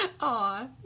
Aw